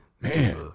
man